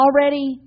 Already